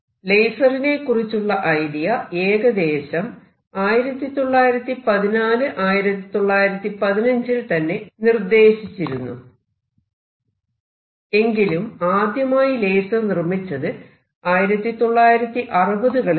ലേസറിനെ കുറിച്ചുള്ള ഐഡിയ ഏകദേശം 1914 1915 ൽ തന്നെ നിർദേശിച്ചിരുന്നു എങ്കിലും ആദ്യമായി ലേസർ നിർമ്മിച്ചത് 1960 കളിലാണ്